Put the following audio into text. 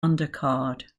undercard